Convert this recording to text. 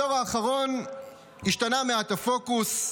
בדור האחרון השתנה מעט הפוקוס,